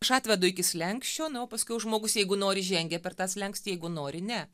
aš atvedu iki slenksčio na o paskui jau žmogus jeigu nori žengia per tą slenkstį jeigu nori ne